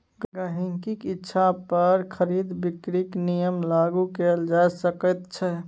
गहिंकीक इच्छा पर खरीद बिकरीक नियम लागू कएल जा सकैत छै